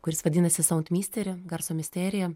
kuris vadinasi sond mysteri garso misterija